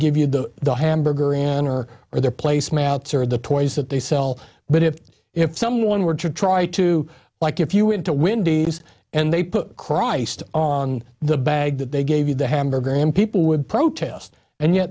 give you the the hamburger enter or their placemats or the toys that they sell but if if someone were to try to like if you were into windies and they put christ on the bag that they gave you the hamburger and people would protest and yet